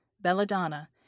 Belladonna